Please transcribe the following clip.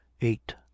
eight